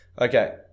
Okay